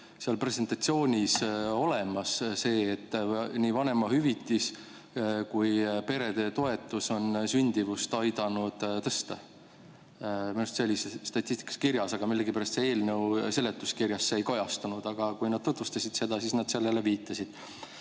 seal presentatsioonis olemas see, et nii vanemahüvitis kui ka perede toetus on sündimust aidanud tõsta. Minu arust see oli seal statistikas kirjas, aga millegipärast eelnõu seletuskirjas see ei kajastu. Aga kui nad tutvustasid seda, siis nad sellele viitasid.